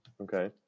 Okay